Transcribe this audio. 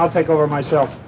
i'll take over myself